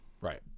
Right